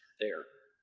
there.